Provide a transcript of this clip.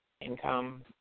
income